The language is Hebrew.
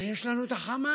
אבל יש לנו את החמאס.